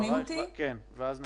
מירי ואז נסכם.